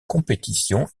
compétition